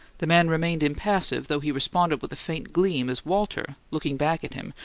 the man remained impassive, though he responded with a faint gleam as walter, looking back at him,